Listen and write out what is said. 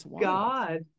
god